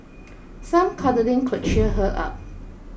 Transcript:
some cuddling could cheer her up